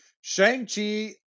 Shang-Chi